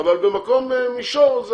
אבל במישור,